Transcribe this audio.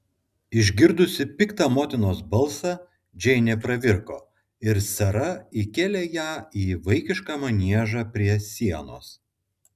išgirdusi piktą motinos balsą džeinė pravirko ir sara įkėlė ją į vaikišką maniežą prie sienos